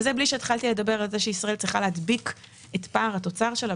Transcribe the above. וזה בלי שהתחלתי לדבר על כך שישראל צריכה להדביק את פער התוצר שלה.